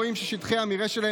חבריי חברי הכנסת,